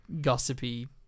gossipy